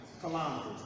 kilometers